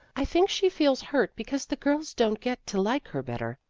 i think she feels hurt because the girls don't get to like her better,